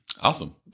Awesome